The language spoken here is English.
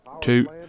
two